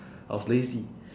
I was lazy